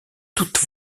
toutes